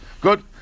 Good